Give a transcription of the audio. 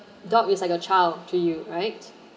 dog is like a child to you right